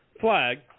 Flag